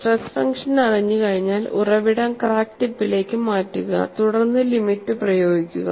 stress function അറിഞ്ഞുകഴിഞ്ഞാൽ ഉറവിടം crack ടിപ്പിലേക്ക് മാറ്റുക തുടർന്ന് ലിമിറ്റ് പ്രയോഗിക്കുക